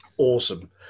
awesome